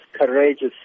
courageous